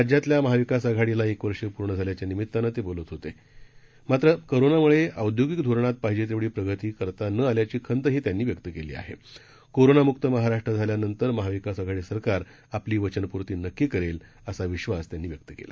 राज्यातल्या महाविकास आघाडीला एक वर्ष पूर्ण झाल्याच्या निमित्तानं ते बोलत होते मात्र कोरोनामुळे औद्योगिक धोरणात पाहिजे तेवढी प्रगति करता न आल्याची खंत ही त्यांनी व्यक्त केली आहेकोरोना मुक्त महाराष्ट्र झाल्या नंतर महाविकास आघाडी सरकार आपली वचन पूर्ती नक्की करेल अशी आशा ही त्यांनी व्यक्त केली